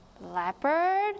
Leopard